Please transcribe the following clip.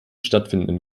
stattfindenden